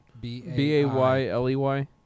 B-A-Y-L-E-Y